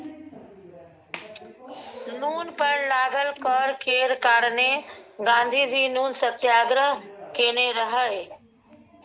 नुन पर लागल कर केर कारणेँ गाँधीजी नुन सत्याग्रह केने रहय